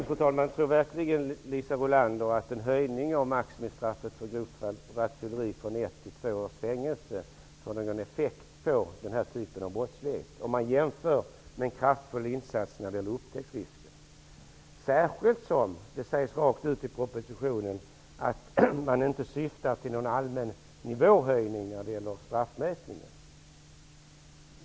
Fru talman! Tror verkligen Liisa Rulander att en höjning av maximistraffet för grovt rattfylleri från ett till två års fängelse får någon effekt på den här typen av brottslighet i jämförelse med effekten av en kraftfull ökning av upptäcktsrisken? Jag ställer frågan särskilt med tanke på att det i propositionen sägs rakt ut att man inte syftar till någon allmän nivåhöjning när det gäller straffmätningen.